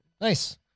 Nice